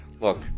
look